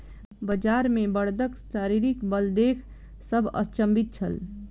बजार मे बड़दक शारीरिक बल देख सभ अचंभित छल